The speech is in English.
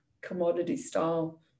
commodity-style